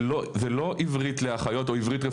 זה לא עברית לאחיות או עברית רפואית.